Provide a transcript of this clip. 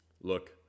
look